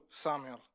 Samuel